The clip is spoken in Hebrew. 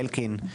אלקין,